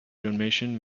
donation